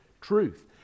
truth